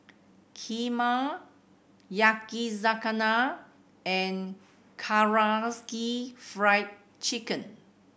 Kheema Yakizakana and Karaage Fried Chicken